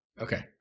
Okay